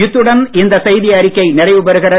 இத்துடன் இந்த செய்தியறிக்கை நிறைவுபெறுகிறது